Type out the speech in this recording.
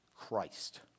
Christ